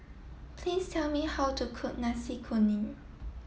please tell me how to cook Nasi Kuning